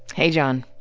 hey john.